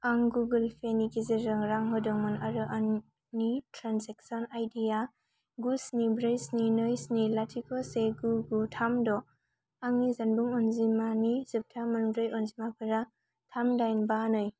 आं Google Pay नि गेजेरजों रां होदोंमोन आरो आंनि ट्रान्जेकसन आइडि या गु स्नि ब्रै स्नि नै स्नि लाथिख' से गु गु थाम द' आंनि जानबुं अनजिमानि जोबथा मोनब्रै अनजिमाफोरा थाम दाइन बा नै